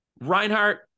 Reinhardt